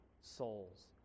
souls